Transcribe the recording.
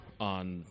on